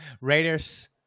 Raiders